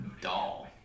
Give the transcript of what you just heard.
Doll